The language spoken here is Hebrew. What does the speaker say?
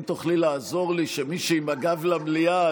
אם תוכלי לעזור שמי שעם הגב למליאה,